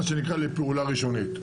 מה שנקרא לפעולה ראשונית.